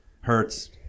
hurts